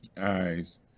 eyes